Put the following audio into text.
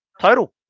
total